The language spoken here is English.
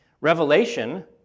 Revelation